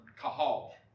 kahal